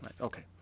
Okay